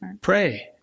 Pray